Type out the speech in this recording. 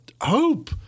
hope